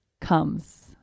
comes